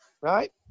right